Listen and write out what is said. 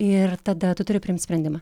ir tada tu turi priimt sprendimą